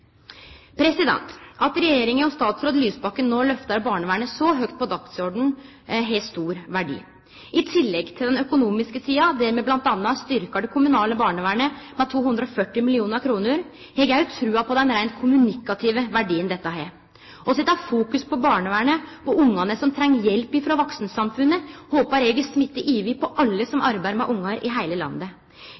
At regjeringa og statsråd Lysbakken no lyftar barnevernet så høgt på dagsordenen, har stor verdi. I tillegg til den økonomiske sida, der me bl.a. styrkjer det kommunale barnevernet med 240 mill. kr, har eg òg trua på den reint kommunikative verdien dette har. Å setje fokus på barnevernet, på barna som treng hjelp frå vaksensamfunnet, håpar eg vil smitte over til alle som arbeider med barn i heile landet.